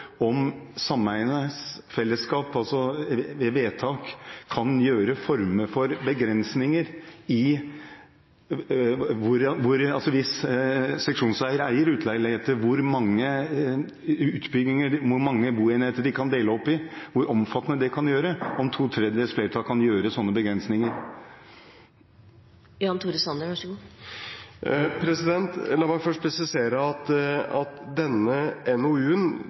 om sameiene i fellesskap, altså ved vedtak, kan foreta en form for begrensninger – hvis seksjonseier eier utleieleiligheter – for hvor mange boenheter de kan deles opp i, hvor omfattende det kan gjøres, og hvorvidt et to tredjedels flertall kan sette slike begrensninger. La meg først presisere at denne NOU-en var det den forrige regjeringen som tok initiativ til, slik at